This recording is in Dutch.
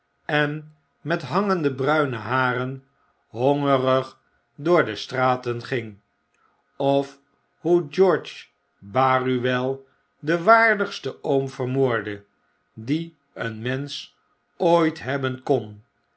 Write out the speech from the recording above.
en met hangende bruine haren hongerig door de straten ging of hoe george baruwel den waardigsten oom vermoordde dien een mensch ooit hebben kon